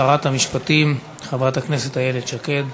שרת המשפטים חברת הכנסת איילת שקד.